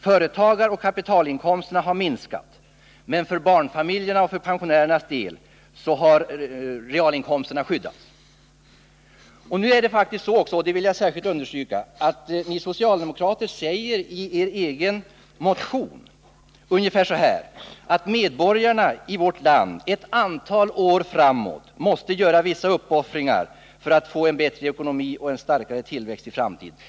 Företagaroch kapitalinkomsterna har minskat, men barnfamiljernas och pensionärernas realinkomster har skyddats. Ni socialdemokrater säger i er egen motion — och det vill jag särskilt understryka — ungefär så här, att medborgarna i vårt land ett antal år framåt måste göra vissa uppoffringar för att få en bättre ekonomi och en starkare tillväxt i framtiden.